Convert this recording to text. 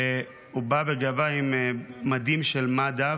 והוא בא בגאווה עם מדים של מד"א,